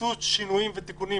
ייכנסו שינויים ותיקונים